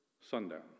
sundown